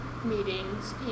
meetings